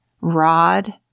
rod